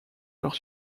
leur